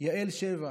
יעל שבח,